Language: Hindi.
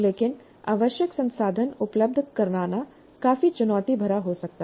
लेकिन आवश्यक संसाधन उपलब्ध कराना काफी चुनौती भरा हो सकता है